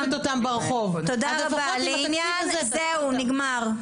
העניין הזה נגמר.